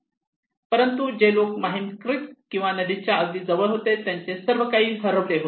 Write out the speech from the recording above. परंतु जे लोक माहीम क्रीक किंवा नदीच्या अगदी जवळ होते त्यांचे सर्वकाही हरवले होते